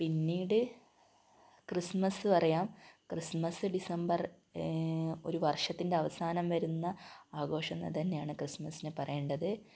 പിന്നീട് ക്രിസ്മസ് പറയാം Christmas December ഒരു വർഷത്തിന്റെയവസാനം വരുന്ന ആഘോഷമെന്ന് തന്നെയാണ് ക്രിസ്മസ്സിനെ പറയേണ്ടത്